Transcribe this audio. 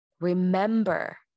Remember